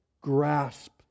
grasp